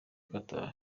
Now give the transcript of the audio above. qatar